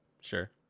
Sure